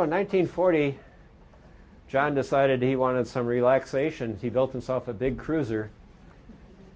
hundred forty john decided he wanted some relaxation he built himself a big cruiser